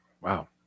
Wow